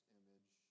image